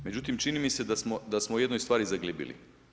Međutim, čini mi se da smo u jednoj stvari zaglibili.